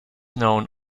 known